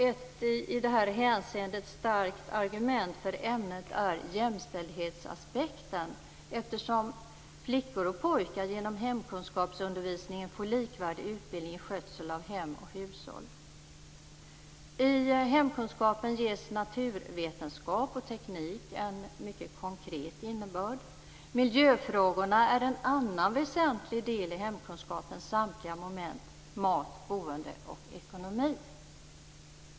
Ett i detta hänseende starkt argument för ämnet är jämställdhetsaspekten, eftersom flickor och pojkar genom hemkunskapsundervisningen får likvärdig utbildning i skötsel av hem och hushåll. I hemkunskapen ges naturvetenskap och teknik en mycket konkret innebörd. Miljöfrågorna är en annan väsentlig del i hemkunskapens samtliga moment, mat, boende och ekonomi.